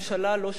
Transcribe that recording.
לא של משפחה,